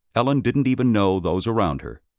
ellen didn't even know those around her.